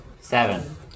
Seven